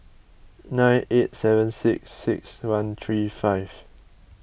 nine eight seven six six one three five